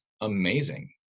amazing